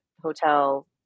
hotel